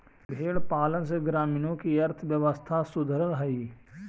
भेंड़ पालन से ग्रामीणों की अर्थव्यवस्था सुधरअ हई